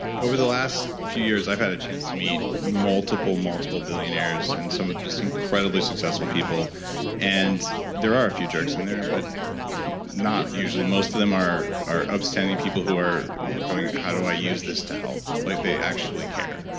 over the last few years i've had a chance to meet multiple multiple billionaires and some of just incredibly successful people and there are a few jerks in there but not usually. most of them are are upstanding people who are going, how do i use this to help? like they actually care.